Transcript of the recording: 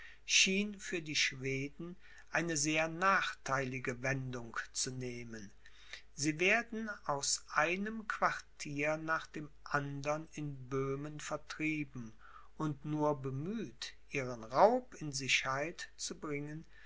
schien für die schweden eine sehr nachtheilige wendung zu nehmen sie werden aus einem quartier nach dem andern in böhmen vertrieben und nur bemüht ihren raub in sicherheit zu bringen